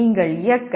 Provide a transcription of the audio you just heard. நீங்கள் இயக்க